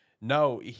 no